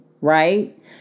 right